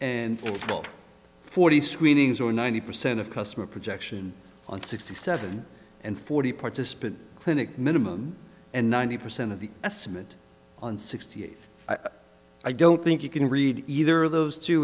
and forty screenings or ninety percent of customer projection on sixty seven and forty participants clinic minimum and ninety percent of the assessment on sixty eight i don't think you can read either of those two